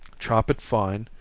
chop it fine,